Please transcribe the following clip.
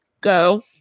go